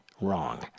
wrong